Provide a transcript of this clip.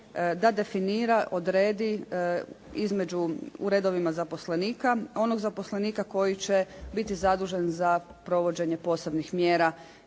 da definira, odredi u redovima zaposlenika onog zaposlenika koji će biti zadužen za provođenje posebnih mjera